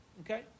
Okay